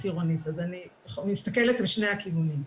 עירונית אז אני מסתכלת משני הכיוונים.